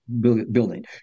building